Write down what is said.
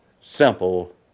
simple